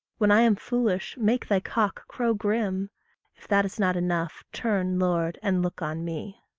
when i am foolish, make thy cock crow grim if that is not enough, turn, lord, and look on me.